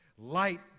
Light